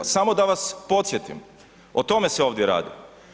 A samo da vas podsjetim, o tome se ovdje radi.